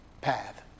path